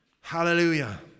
Hallelujah